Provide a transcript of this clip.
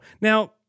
Now